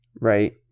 right